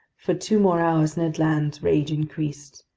for two more hours ned land's rage increased.